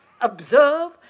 observe